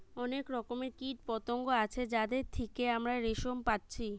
অনেক রকমের কীটপতঙ্গ আছে যাদের থিকে আমরা রেশম পাচ্ছি